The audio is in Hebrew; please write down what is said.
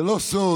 זה לא סוד